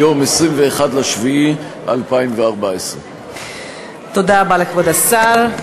מיום 21 ביולי 2014. תודה רבה לכבוד השר.